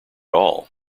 all